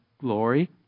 glory